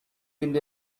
into